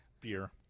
Beer